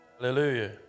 Hallelujah